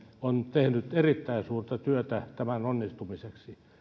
on tehnyt erittäin suurta työtä tämän onnistumiseksi